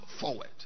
forward